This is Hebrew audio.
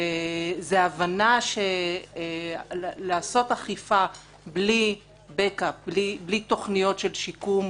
זה ההבנה שלעשות אכיפה בלי תכניות של שיקום